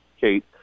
Kate